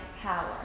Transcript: power